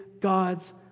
God's